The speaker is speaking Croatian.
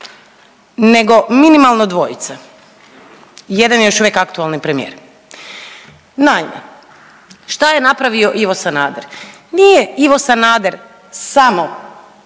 nego minimalno dvojice i jedan je još uvijek aktualni premijer. Naime, šta je napravio Ivo Sanader? Nije Ivo Sanader samo